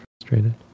frustrated